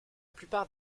plupart